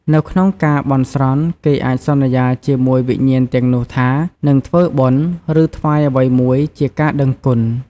នៅក្នុងការបន់ស្រន់ គេអាចសន្យាជាមួយវិញ្ញាណទាំងនោះថា នឹងធ្វើបុណ្យ ឬថ្វាយអ្វីមួយជាការដឹងគុណ។